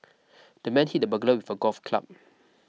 the man hit the burglar with a golf club